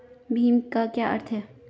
भीम का क्या अर्थ है?